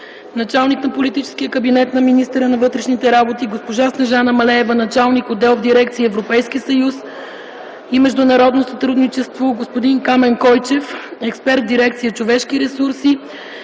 началник на политическия кабинет на министъра на вътрешните работи, Снежана Малеева – началник отдел в Дирекция „Европейски съюз и международно сътрудничество”, Камен Койчев – експерт в Дирекция „Човешки ресурси”,